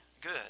good